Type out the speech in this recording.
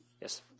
Yes